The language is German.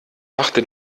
machte